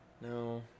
no